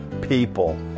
people